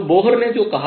तो बोहर ने जो कहा